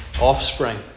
offspring